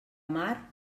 mar